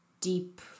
deep